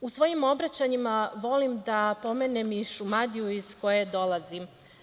U svojim obraćanjima volim da pomenem i Šumadiju iz koje dolazim.